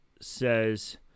says